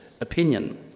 opinion